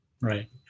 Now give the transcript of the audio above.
Right